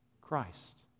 Christ